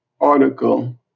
article